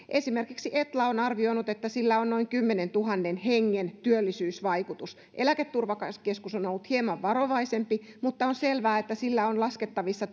esimerkiksi etla on arvioinut että sillä on noin kymmenentuhannen hengen työllisyysvaikutus eläketurvakeskus on on ollut hieman varovaisempi mutta on selvää että sille on laskettavissa